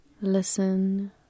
listen